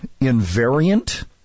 Invariant